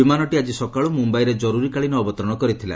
ବିମାନଟି ଆଜି ସକାଳୁ ମୁମ୍ଭାଇରେ ଜର୍ତ୍ତରୀକାଳୀନ ଅବତରଣ କରିଥିଲା